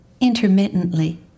Intermittently